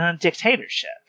dictatorship